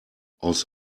aus